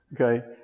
Okay